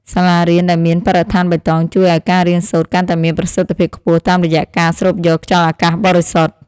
សាលារៀនដែលមានបរិស្ថានបៃតងជួយឱ្យការរៀនសូត្រកាន់តែមានប្រសិទ្ធភាពខ្ពស់តាមរយៈការស្រូបយកខ្យល់អាកាសបរិសុទ្ធ។